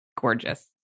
gorgeous